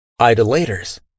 idolaters